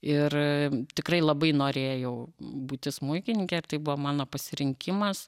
ir tikrai labai norėjau būti smuikininke ir tai buvo mano pasirinkimas